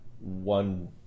one